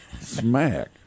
Smack